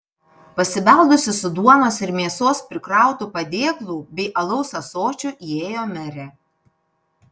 pasibeldusi su duonos ir mėsos prikrautu padėklu bei alaus ąsočiu įėjo merė